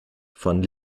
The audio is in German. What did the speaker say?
von